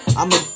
I'ma